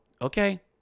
okay